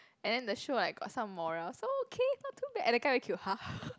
and then the show like got some morale so okay not too bad and the guy very cute